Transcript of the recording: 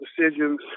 decisions